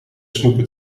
snoepen